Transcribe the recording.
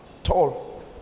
Tall